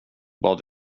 bad